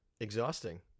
exhausting